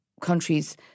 countries